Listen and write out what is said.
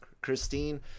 Christine